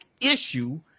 issue